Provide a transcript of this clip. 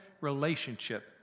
relationship